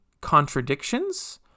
contradictions